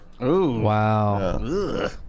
Wow